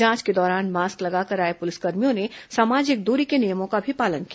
जांच के दौरान मास्क लगाकर आए पुलिसकर्मियों ने सामाजिक दूरी के नियमों का भी पालन किया